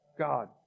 God